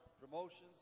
promotions